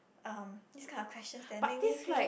um this kind of questions that make me feel